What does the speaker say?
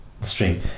string